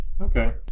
Okay